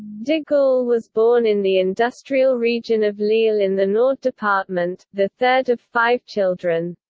de gaulle was born in the industrial region of lille in the nord department, the third of five children.